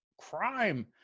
crime